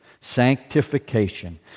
Sanctification